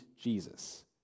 Jesus